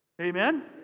Amen